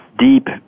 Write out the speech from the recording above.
deep